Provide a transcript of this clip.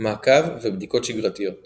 מעקב ובדיקות שגרתיות